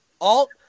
Alt